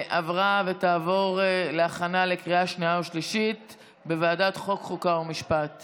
להעביר את הצעת חוק סמכויות מיוחדות להתמודדות